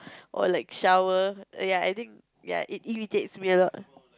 or like shower ya I think ya it irritates me a lot